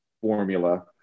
formula